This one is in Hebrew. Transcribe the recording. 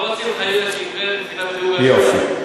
אנחנו לא רוצים חלילה שתקרה נפילה בדירוג האשראי,